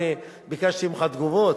אני ביקשתי ממך תגובות?